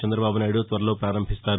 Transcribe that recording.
చంద్రబాబునాయుడు త్వరలో ప్రారంభిస్తారు